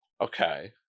Okay